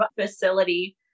facility